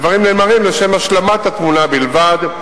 הדברים נאמרים לשם השלמת התמונה בלבד,